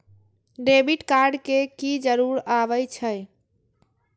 Debit card के की जरूर आवे छै?